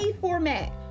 format